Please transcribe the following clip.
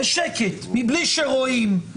מבלי שרואים,